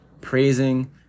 praising